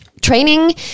training